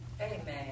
Amen